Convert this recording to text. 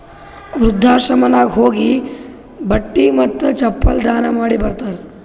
ವೃದ್ಧಾಶ್ರಮನಾಗ್ ಹೋಗಿ ಬಟ್ಟಿ ಮತ್ತ ಚಪ್ಪಲ್ ದಾನ ಮಾಡಿ ಬರ್ತಾರ್